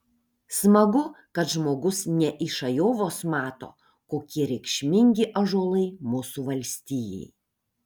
smagu kad žmogus ne iš ajovos mato kokie reikšmingi ąžuolai mūsų valstijai